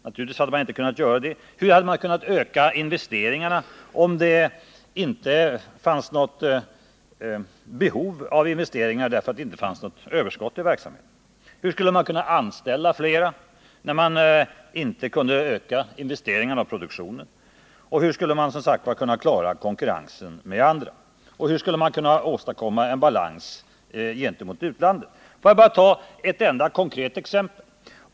Naturligtvis hade man inte kunnat göra det. Hur hade man kunnat öka investeringarna om det inte fanns något behov av investeringar — därför att det inte fanns tillräcklig efterfrågan på varorna? Hur skulle man kunna anställa fler, när man inte kunde öka investeringarna och produktionen? Hur skulle industrin kunna klara konkurrensen med andra? Och hur skulle man kunna åstadkomma en balans gentemot utlandet? Får jag bara ta ett enda konkret exempel.